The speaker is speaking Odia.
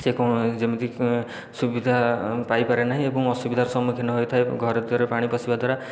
ସେ ଯେମିତି ସୁବିଧା ପାଇପାରେ ନାହିଁ ଏବଂ ଅସୁବିଧାରେ ସମ୍ମୁଖୀନ ହୋଇଥାଏ ଘର ଦୁଆରେ ପାଣି ପଶିବା ଦ୍ୱାରା